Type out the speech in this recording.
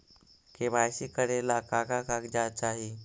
KYC करे ला का का कागजात चाही?